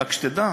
ורק שתדע